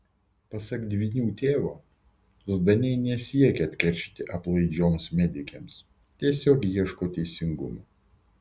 pasak dvynių tėvo zdaniai nesiekia atkeršyti aplaidžioms medikėms tiesiog ieško teisingumo